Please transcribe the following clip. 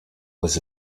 was